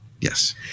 Yes